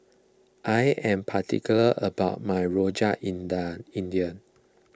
I am particular about my Rojak India